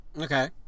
Okay